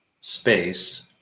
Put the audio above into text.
Space